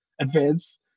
advance